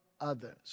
others